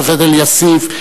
לשופט אליאסוף,